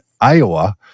Iowa